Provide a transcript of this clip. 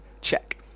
Check